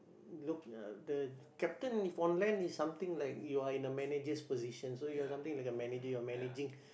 look uh the captain if on land is something like you are in the manager's position so you are something like the manager you are managing